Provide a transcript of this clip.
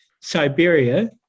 Siberia